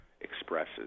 expresses